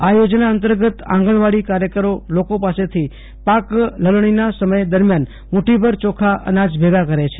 આ યોજના અંતર્ગત આંગણવાડી કાર્યકરો લોકો પાસેથી પાક લણણીના સમય દરમ્યાન મુઠ્ઠીભર ચોખા અનાજ ભેગા કરે છે